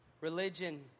Religion